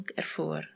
ervoor